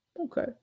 Okay